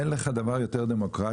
אין לך דבר יותר דמוקרטי,